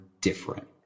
different